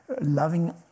loving